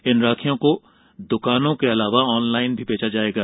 इन राखियों को द्वानों के अलावा ऑनलाइन भी बेचा जाएगा